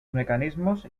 mecanismos